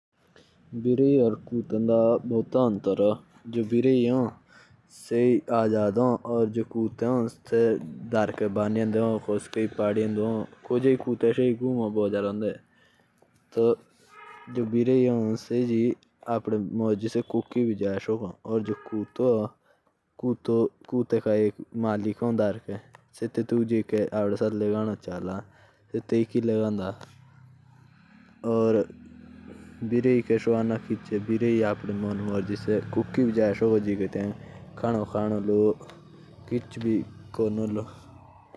बिल्ली और कुत्ते के बीच बहुत जादा अंतर है। जैसे बिल्ली होती है वो तो आजाद होती है। और कुत्ता जहां उसका मालिक ले जाएगा वहीं जाएगा।